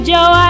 Joe